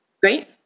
Great